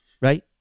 right